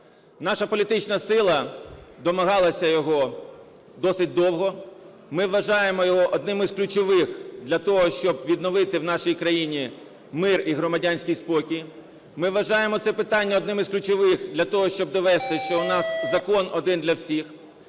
Наша політична сила домагалася його досить довго. Ми вважаємо його одним із ключових для того, щоб відновити в нашій країні мир і громадянський спокій. Ми вважаємо це питання одним із ключових для того, щоб довести, що у нас закон один для всіх.